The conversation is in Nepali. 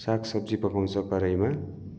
सागसब्जी पकाउँछ कराईमा